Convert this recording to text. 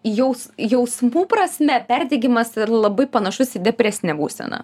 jaus jausmų prasme perdegimas yra labai panašus į depresinę būseną